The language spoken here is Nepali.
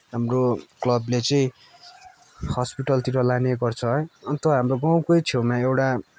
हाम्रो क्लबले चाहिँ हस्पिटलतिर लाने गर्छ है अन्त हाम्रो गाउँकै छेउमा एउटा